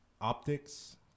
optics